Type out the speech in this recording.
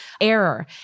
error